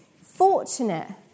fortunate